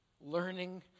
learning